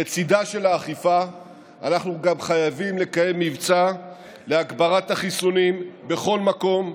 לצידה של האכיפה אנחנו גם חייבים לקיים מבצע להגברת החיסונים בכל מקום,